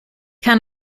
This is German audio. kann